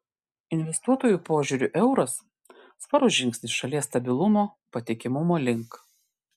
investuotojų požiūriu euras svarus žingsnis šalies stabilumo patikimumo link